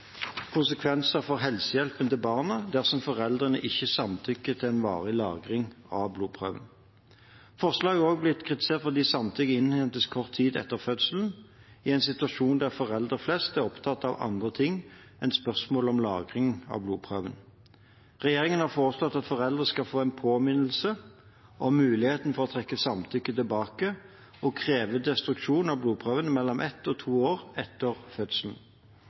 konsekvenser for helsehjelpen til barnet dersom foreldrene ikke samtykker til varig lagring av blodprøven. Forslaget har også blitt kritisert fordi samtykke innhentes kort tid etter fødselen – i en situasjon der foreldre flest er opptatt av andre ting enn av spørsmålet om lagring av blodprøver. Regjeringen har foreslått at foreldre skal få en påminnelse om muligheten for å trekke samtykket tilbake og kreve destruksjon av blodprøvene mellom ett og to år etter fødselen.